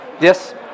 Yes